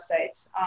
websites